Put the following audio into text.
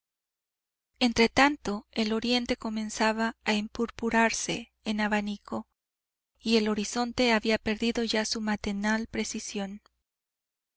entretanto el oriente comenzaba a empurpurarse en abanico y el horizonte había perdido ya su matinal precisión